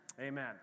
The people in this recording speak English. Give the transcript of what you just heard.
Amen